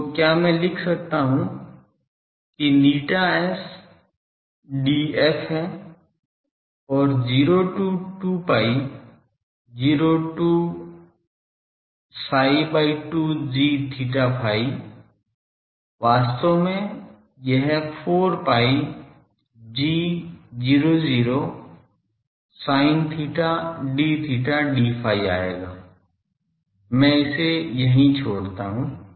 तो क्या मैं लिख सकता हूं कि ηS Df है फिर 0 to 2 pi 0 to psi by 2 gθϕ वास्तव में यह 4 pi g00 sin theta d theta d phi आएगा मैं इसे यहीं छोड़ता हूं